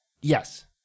Yes